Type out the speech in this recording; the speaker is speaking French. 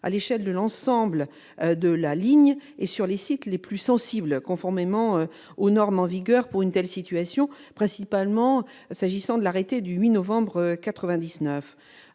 à l'échelle de l'ensemble de la ligne que sur les sites les plus sensibles, conformément aux normes en vigueur pour une telle situation, en particulier l'arrêté du 8 novembre 1999.